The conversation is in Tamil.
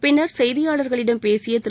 பின்னர் செய்தியாளர்களிடம் பேசிய திரு